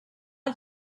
als